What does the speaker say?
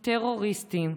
טרוריסטים,